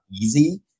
easy